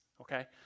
okay